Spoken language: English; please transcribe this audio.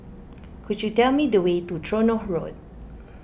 could you tell me the way to Tronoh Road